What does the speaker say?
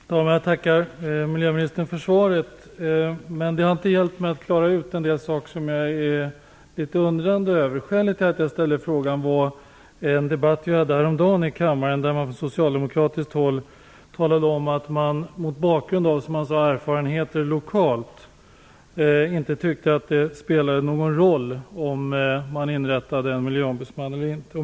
Fru talman! Jag tackar miljöministern för svaret. Men det har inte hjälpt mig att klara ut en del saker som jag är litet undrande över. Skälet till att jag ställde frågan var en debatt vi hade häromdagen i kammaren, där man från socialdemokratiskt håll talade om att man mot bakgrund av, som man sade, erfarenheter lokalt inte tyckte att det spelade någon roll om man inrättade en miljöombudsman eller inte.